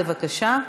בבקשה,